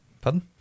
Pardon